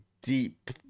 deep